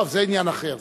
טוב, זה עניין אחר.